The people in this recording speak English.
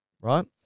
right